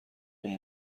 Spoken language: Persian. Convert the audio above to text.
اون